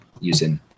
using